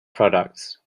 products